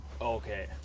Okay